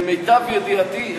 למיטב ידיעתי,